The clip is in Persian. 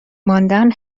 ماندن